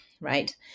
Right